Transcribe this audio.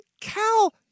Cal